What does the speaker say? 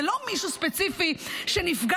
זה לא מישהו ספציפי שנפגע,